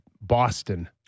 Boston